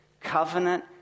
Covenant